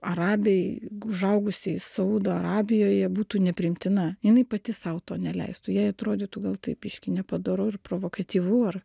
arabei užaugusiai saudo arabijoje būtų nepriimtina jinai pati sau to neleistų jai atrodytų gal tai biškį nepadoru ir provokatyvu ar